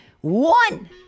One